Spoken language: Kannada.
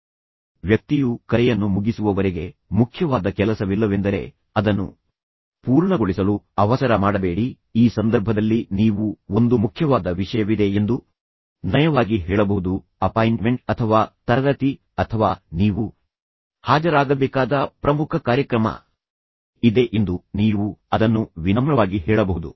ಇನ್ನೊಬ್ಬ ವ್ಯಕ್ತಿಯು ಕರೆ ಮಾಡಿದ್ದರೆ ತಾಳ್ಮೆಯಿಂದಿರಿ ವ್ಯಕ್ತಿಯು ಕರೆಯನ್ನು ಮುಗಿಸುವವರೆಗೆ ಮುಖ್ಯವಾದ ಕೆಲಸವಿಲ್ಲವೆಂದರೆ ಅದನ್ನು ಪೂರ್ಣಗೊಳಿಸಲು ಅವಸರ ಮಾಡಬೇಡಿ ಈ ಸಂದರ್ಭದಲ್ಲಿ ನೀವು ಒಂದು ಮುಖ್ಯವಾದ ವಿಷಯವಿದೆ ಎಂದು ನಯವಾಗಿ ಹೇಳಬಹುದು ಅಪಾಯಿಂಟ್ಮೆಂಟ್ ಅಥವಾ ತರಗತಿ ಅಥವಾ ನೀವು ಹಾಜರಾಗಬೇಕಾದ ಪ್ರಮುಖ ಕಾರ್ಯಕ್ರಮ ಇದೆ ಎಂದು ನೀವು ಅದನ್ನು ವಿನಮ್ರವಾಗಿ ಹೇಳಬಹುದು